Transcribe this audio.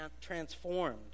transformed